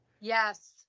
Yes